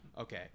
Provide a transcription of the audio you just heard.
okay